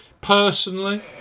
Personally